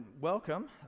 welcome